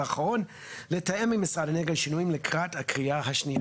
והאחרון לתאם עם משרד האנרגיה שינויים לקראת הקריאה השנייה.